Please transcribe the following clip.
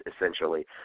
essentially